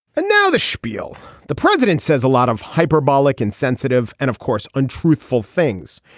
and now the spiel the president says a lot of hyperbolic insensitive. and of course untruthful things.